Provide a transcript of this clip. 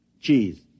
Cheese